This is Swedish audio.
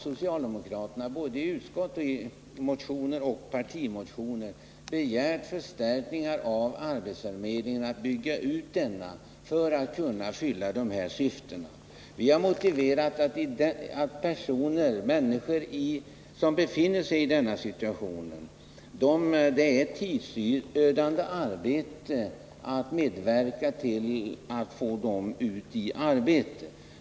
Socialdemokraterna har i utskottet och i motioner, både enskilda motioner och partimotioner, begärt förstärkningar av arbetsförmedlingarna för att kunna fylla dessa syften. Vi har den motiveringen att när människor befinner sig i denna situation är det ett tidsödande arbete att medverka till att få ut dem på nytt i arbetslivet.